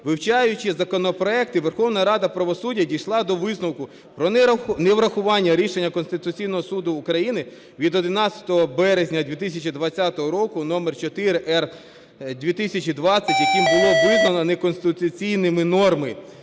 Вивчаючи законопроекти, Вища рада правосуддя дійшла до висновку про неврахування рішення Конституційного Суду України від 11 березня 2020 року № 4-р/2020, яким було визнано неконституційними норми.